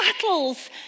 battles